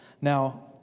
Now